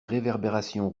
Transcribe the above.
réverbération